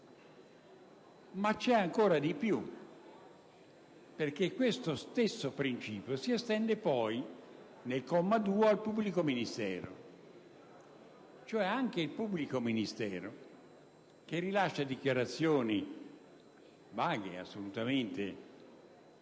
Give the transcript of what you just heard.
Ma c'è ancora di più, perché questo stesso principio si estende poi, nel comma 2, al pubblico ministero: anche il pubblico ministero che rilascia dichiarazioni, magari vaghe ed assolutamente